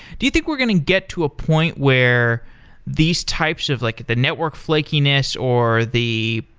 do you think we're going to get to a point where these types of like the network flakiness or the